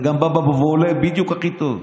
זה גם בא בוולה בדיוק הכי טוב.